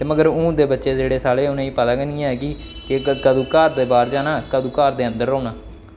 ते मगर हून दे बच्चे जेह्ड़े साले उ'नेंगी पता गै निं ऐ कि केह् कदूं घर दे बाह्र जाना ते कदूं घर दे अंदर औना